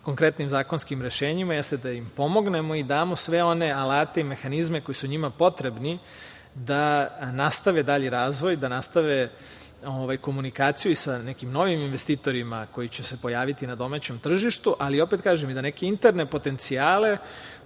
konkretnim zakonskim rešenjima, jeste da im pomognemo i damo sve one alate i mehanizme koji su njima potrebni da nastave dalji razvoj, da nastave komunikaciju i sa nekim novim investitorima koji će se pojaviti na domaćem tržištu, ali opet kažem i da neke interne potencijale